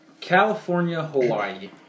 California-Hawaii